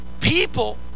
people